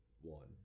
one